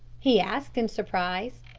he asked in surprise.